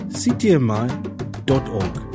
ctmi.org